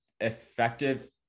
effective